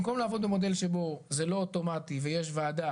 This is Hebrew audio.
במקום לעבוד במודל הזה שבו זה לא אוטומטי ויש וועדה.